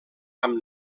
amb